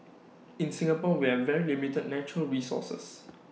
in Singapore we are very limited natural resources